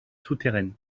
souterraines